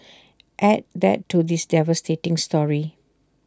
add that to this devastating story